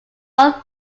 one